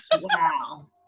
Wow